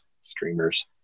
streamers